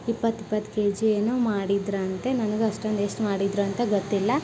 ಇಪ್ಪತ್ತು ಇಪ್ಪತ್ತು ಕೆಜಿ ಏನೋ ಮಾಡಿದರಂತೆ ನನ್ಗೆ ಅಷ್ಟೊಂದು ಎಷ್ಟು ಮಾಡಿದರು ಅಂತ ಗೊತ್ತಿಲ್ಲ